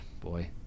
Boy